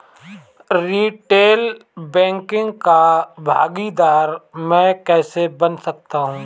Retail banking का भागीदार मैं कैसे बन सकता हूँ?